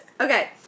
Okay